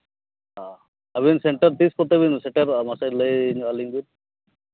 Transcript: ᱦᱮᱸ ᱟᱹᱵᱤᱱ ᱥᱮᱱᱴᱟᱨ ᱛᱤᱥ ᱠᱚᱛᱮ ᱵᱤᱱ ᱥᱮᱴᱮᱨᱚᱜᱼᱟ ᱢᱟᱥᱮ ᱞᱟᱹᱭ ᱧᱚᱜ ᱟᱹᱞᱤᱧ ᱵᱤᱱ